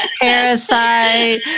Parasite